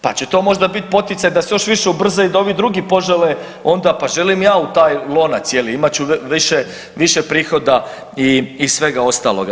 Pa će to možda biti poticaj da se još više ubrza i da i ovi drugi požele onda, pa želim ja u taj lonac je li imat ću više, više prihoda i svega ostaloga.